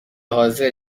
حاضر